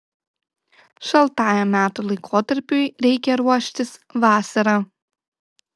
šaltajam metų laikotarpiui reikia ruoštis vasarą